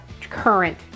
current